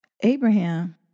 Abraham